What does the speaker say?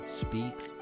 speaks